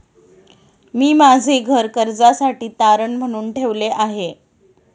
मी माझे घर कर्जासाठी तारण म्हणून ठेवले आहे